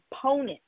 component